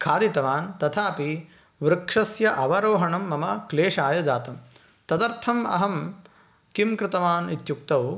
खादितवान् तथापि वृक्षस्य अवरोहणं मम क्लेशाय जातं तदर्थम् अहं किं कृतवान् इत्युक्तौ